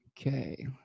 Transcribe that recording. Okay